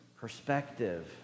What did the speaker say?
perspective